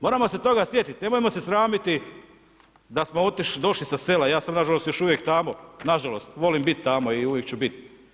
Moramo se toga sjetit, nemojmo se sramiti, da smo došli sa sela, ja sam nažalost još uvijek tamo, nažalost, volim biti tamo i uvijek ću biti.